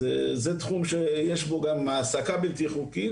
זה תחום שיש בו גם העסקה בלתי חוקית,